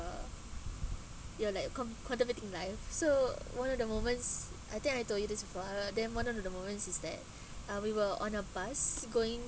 you're like com~ contemplating life so one of the moments I think I told you this part then one of the moment is that uh we were on a bus going